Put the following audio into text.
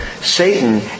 Satan